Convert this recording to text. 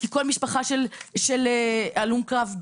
כי כל משפחה של הלום קרב,